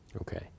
Okay